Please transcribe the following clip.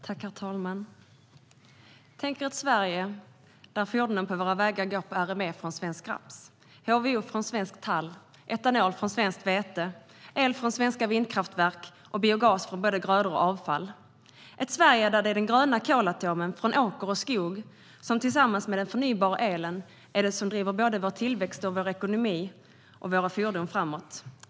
Herr talman! Tänk er ett Sverige där fordonen på våra vägar går på RME från svensk raps, HVO från svensk tall, etanol från svenskt vete, el från svenska vindkraftverk och biogas från både grödor och avfall, ett Sverige där det är den gröna kolatomen från åker och skog som tillsammans med den förnybara elen är det som driver vår tillväxt, vår ekonomi och våra fordon framåt!